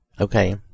Okay